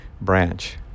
branch